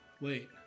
Wait